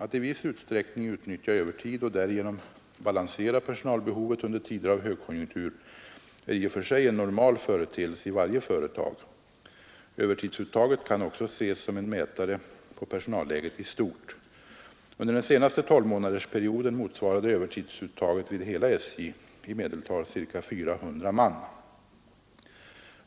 Att i viss utsträckning utnyttja övertid och därigenom balansera personalbehovet under tider av högkonjunktur är i och för sig en normal företeelse i varje företag. Övertidsuttaget kan också ses som en mätare på personalläget i stort. Under den senaste tolvmånadersperioden motsvarade övertidsuttaget vid hela SJ i medeltal ca 400 man.